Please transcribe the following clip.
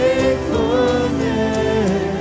Faithfulness